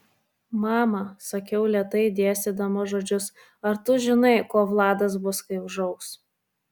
mama sakiau lėtai dėstydama žodžius ar tu žinai kuo vladas bus kai užaugs